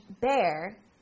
bear